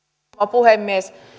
puhemies